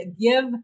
give